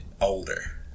older